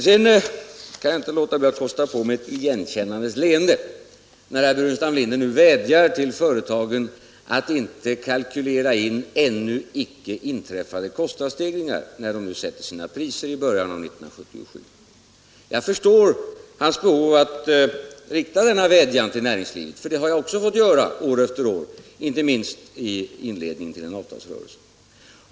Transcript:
Sedan kan jag inte låta bli att kosta på mig ett igenkännandets leende när herr Burenstam Linder vädjar till företagen att inte kalkylera in ännu icke inträffade kostnadsstegringar då de sätter sina priser i början av 1977. Jag förstår hans behov av att rikta denna vädjan till näringslivet, för så har jag också fått göra år efter år, inte minst i inledningen till en avtalsrörelse.